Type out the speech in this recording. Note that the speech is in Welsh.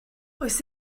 oes